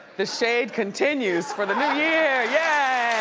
the shade continues for the new year! yeah